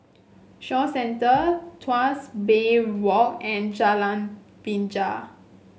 Shaw Centre Tuas Bay Walk and Jalan Binjai